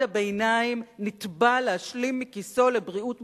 הביניים נתבע להשלים מכיסו לבריאות משלימה.